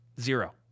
Zero